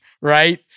right